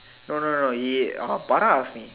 no no no ya Farah asked me